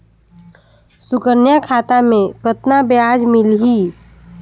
सुकन्या खाता मे कतना ब्याज मिलही?